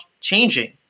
changing